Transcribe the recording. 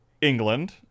england